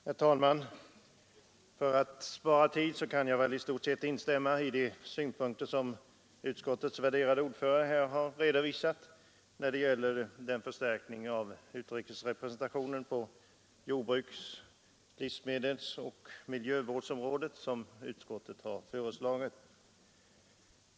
Herr talman! För att spara tid kan jag i stort sett instämma i de synpunkter som utskottets värderade ordförande här redovisat när det gäller den förstärkning av utrikesrepresentationen på jordbruks-, livsmedelsoch miljövårdsområdena som utskottet föreslagit.